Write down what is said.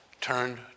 turned